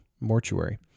mortuary